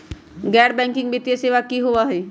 गैर बैकिंग वित्तीय सेवा की होअ हई?